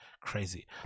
crazy